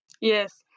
Yes